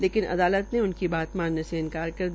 लेकिन अदालत ने उनकी बात मानने से इन्कार कर दिया